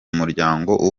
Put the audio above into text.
muryango